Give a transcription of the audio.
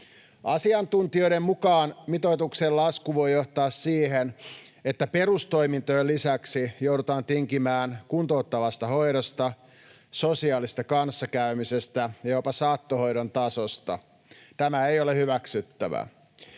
Asiantuntijoiden mukaan mitoituksen lasku voi johtaa siihen, että perustoimintojen lisäksi joudutaan tinkimään kuntouttavasta hoidosta, sosiaalisesta kanssakäymisestä ja jopa saattohoidon tasosta. Tämä ei ole hyväksyttävää.